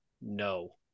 No